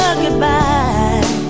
goodbye